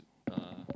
uh